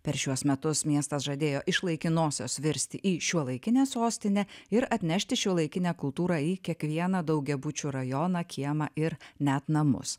per šiuos metus miestas žadėjo iš laikinosios virsti į šiuolaikinę sostinę ir atnešti šiuolaikinę kultūrą į kiekvieną daugiabučių rajoną kiemą ir net namus